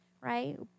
right